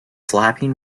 slapping